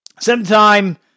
sometime